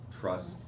trust